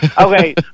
Okay